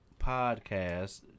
Podcast